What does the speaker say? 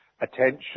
attention